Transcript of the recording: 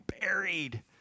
buried